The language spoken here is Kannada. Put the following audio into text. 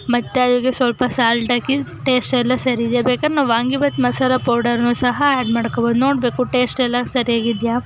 ಮತ್ತು ಅದಕ್ಕೆ ಸ್ವಲ್ಪ ಸಾಲ್ಟ್ಕಿ ಹಾಕಿ ಟೇಸ್ಟ್ ಎಲ್ಲ ಸರಿ ಇದೆಯಾ ಬೇಕಾರೆ ನಾವು ವಾಂಗಿಬಾತು ಮಸಾಲ ಪೌಡರನ್ನು ಸಹ ಆ್ಯಡ್ ಮಾಡ್ಕೊಳ್ಬೋದು ನೋಡಬೇಕು ಟೇಸ್ಟ್ ಎಲ್ಲ ಸರಿಯಾಗಿದೆಯಾ